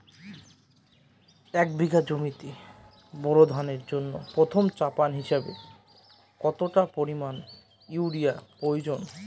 এক বিঘা জমিতে বোরো ধানের জন্য প্রথম চাপান হিসাবে কতটা পরিমাণ ইউরিয়া প্রয়োজন?